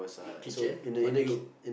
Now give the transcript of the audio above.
kitchen what do you